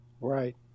Right